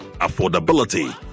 Affordability